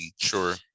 Sure